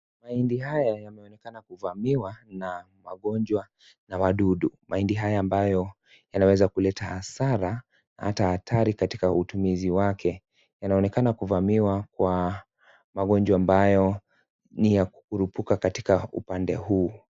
Mahindi haya yanaonekana kufamiwa na magonjwa na wadudu. Mahindi haya ambayo yanaweza kileta hasara tahatari katika utumizi wake yanaonekana kuvamiwa kwa magonjwa ambayo ni ya Kupurubuka katika upande huu.